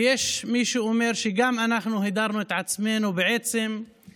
ויש מי שאומר שגם אנחנו הדרנו את עצמנו בעצם זה